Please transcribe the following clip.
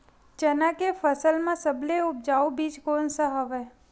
चना के फसल म सबले उपजाऊ बीज कोन स हवय?